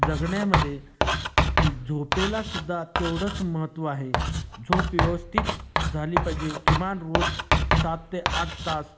जगण्यामध्ये झोपेला सुद्धा तेवढंच महत्त्व आहे झोप व्यवस्थित झाली पाहिजे किमान रोज सात ते आठ तास